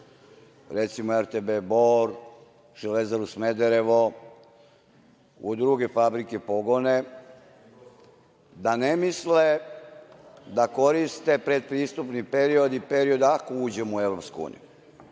recimo, RTB „Bor“, „Železaru Smederevo“, u druge fabrike, pogone, da ne misle da koriste pretpristupni periodi, period – ako uđemo u EU, da